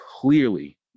clearly